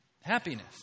happiness